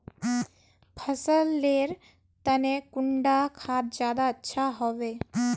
फसल लेर तने कुंडा खाद ज्यादा अच्छा हेवै?